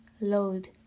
load